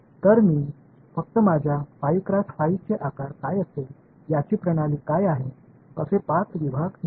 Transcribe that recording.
तर मी फक्त माझ्या चे आकार काय असेल याची प्रणाली काय आहे असे 5 विभाग निवडले